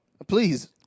Please